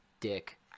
dick